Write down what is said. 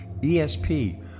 ESP